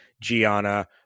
Gianna